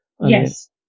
yes